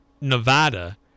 Nevada